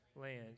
Land